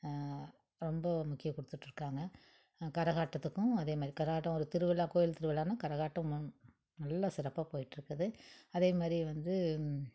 ரொம்ப முக்கியம் கொடுத்துட்ருக்காங்க கரகாட்டத்துக்கும் அதேமாதிரி கரகாட்டம் திருவிழா கோயில் திருவிழானா கரகாட்டம் நல்ல சிறப்பாக போயிகிட்ருக்குது அதேமாதிரி வந்து